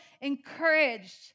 encouraged